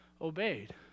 obeyed